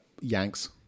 yanks